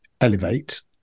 elevate